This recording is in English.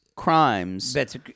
Crimes